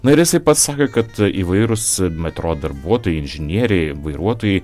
na ir jisai pats sakė kad įvairūs metro darbuotojai inžinieriai vairuotojai